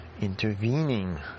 intervening